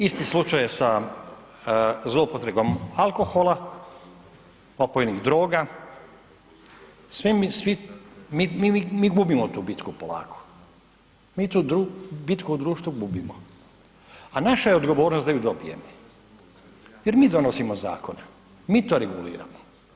Isti slučaj je sa zloupotrebom alkohola, opojnih droga, mi gubimo tu bitku polako, mi tu bitku u društvu gubimo, a naša je odgovornost da ju dobijemo jer mi donosimo zakone, mi to reguliramo.